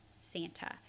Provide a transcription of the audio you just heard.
Santa